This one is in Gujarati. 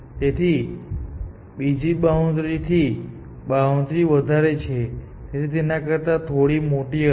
તે બીજી બાઉન્ડ્રી થી બાઉન્ડ્રી વધારે છે જે તેના કરતા થોડી મોટી હશે